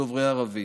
דוברי ערבית.